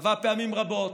קבע פעמים רבות,